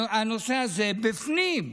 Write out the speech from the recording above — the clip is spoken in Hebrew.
הנושא הזה בפנים,